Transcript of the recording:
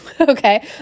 Okay